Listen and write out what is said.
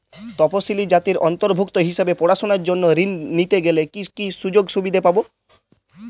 তফসিলি জাতির অন্তর্ভুক্ত হিসাবে পড়াশুনার জন্য ঋণ নিতে গেলে কী কী সুযোগ সুবিধে পাব?